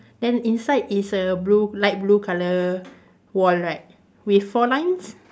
then inside is a blue light blue colour wall right with four lines